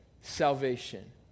salvation